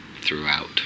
throughout